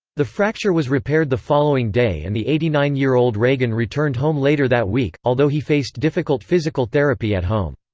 the fracture was repaired the following day and the eighty nine year old reagan returned home later that week, although he faced difficult physical therapy at home.